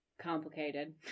Complicated